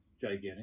gigantic